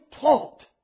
taught